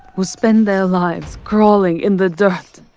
who spend their lives crawling in the dirt!